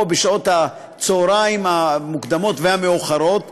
או בשעות הצהריים המוקדמות והמאוחרות,